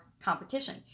competition